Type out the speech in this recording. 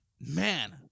man